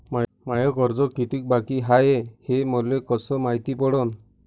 माय कर्ज कितीक बाकी हाय, हे मले कस मायती पडन?